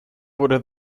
wurde